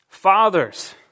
Fathers